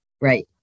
right